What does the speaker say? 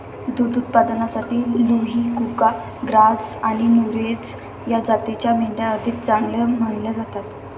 दुध उत्पादनासाठी लुही, कुका, ग्राझ आणि नुरेझ या जातींच्या मेंढ्या अधिक चांगल्या मानल्या जातात